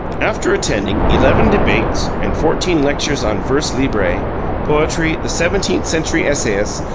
after attending eleven debates and fourteen lectures on vers libre poetry, the seventeenth-century essayists,